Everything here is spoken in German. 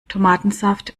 tomatensaft